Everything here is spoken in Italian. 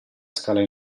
scala